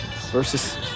versus